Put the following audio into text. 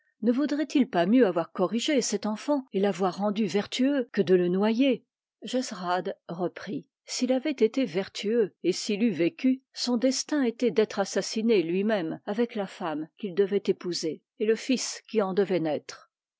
ne vaudrait-il pas mieux avoir corrigé cet enfant et l'avoir rendu vertueux que de le noyer jesrad reprit s'il avait été vertueux et s'il eût vécu son destin était d'être assassiné lui-même avec la femme qu'il devait épouser et le fils qui en devait naître